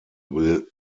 will